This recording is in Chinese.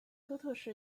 哥特式